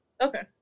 Okay